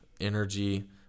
energy